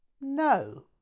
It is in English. No